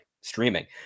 streaming